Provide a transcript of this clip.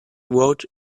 wrote